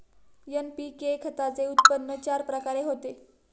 NPK खताचे उत्पन्न चार प्रकारे होते